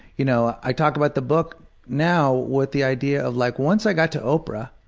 you know, i talk about the book now with the idea of like once i got to oprah,